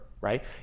right